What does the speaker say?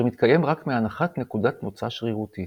אשר מתקיים רק מהנחת נקודת מוצא שרירותית.